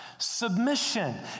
Submission